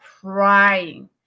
crying